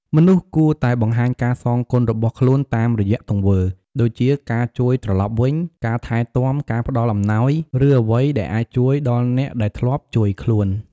មនុស្សគួរតែបង្ហាញការសងគុណរបស់ខ្លួនតាមរយៈទង្វើ ដូចជាការជួយត្រឡប់វិញ ការថែទាំ ការផ្តល់អំណោយ ឬអ្វីដែលអាចជួយដល់អ្នកដែលធ្លាប់ជួយខ្លួន។